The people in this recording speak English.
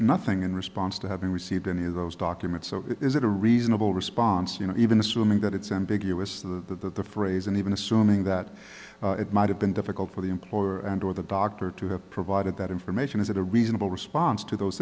nothing in response to having received any of those documents or is it a reasonable response you know even assuming that it's ambiguous to the phrase and even assuming that it might have been difficult for the employer and or the doctor to have provided that information is it a reasonable response to those